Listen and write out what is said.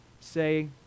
say